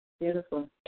Beautiful